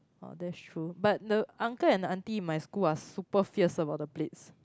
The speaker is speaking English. oh that's true but the uncle and auntie in my school are super fierce about the plates